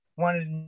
wanted